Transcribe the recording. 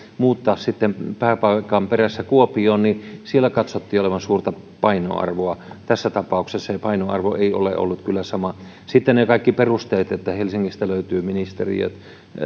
muuttaa sitten työpaikan perässä kuopioon niin sillä katsottiin olevan suurta painoarvoa tässä tapauksessa se painoarvo ei ole ollut kyllä sama sitten niihin kaikkiin perusteisiin että helsingistä löytyy ministeriö